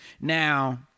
Now